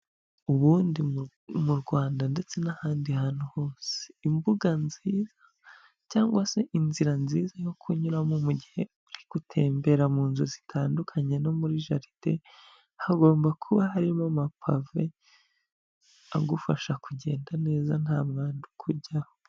Ubundi mu Rwanda ndetse n'ahandi hantu hose, imbuga nziza cyangwa se inzira nziza yo kunyuramo mu gihe uri gutembera mu nzu zitandukanye no muri jaride, hagomba kuba harimo amapave agufasha kugenda neza nta mwanda ujyaho.